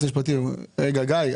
גיא,